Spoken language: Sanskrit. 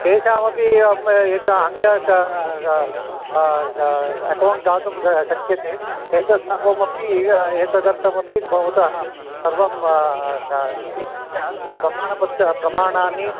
तेषाम् अपि अम् एका अन्या अकौण्ट् दातुं शक्यते एतत् सर्वमपि एतदर्थमपि भवतः सर्वं स्वीकृत्य प्रमाणपत्र प्रमाणानि